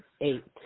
eight